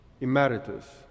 Emeritus